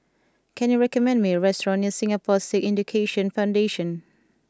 can you recommend me a restaurant near Singapore Sikh Education Foundation